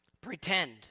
Pretend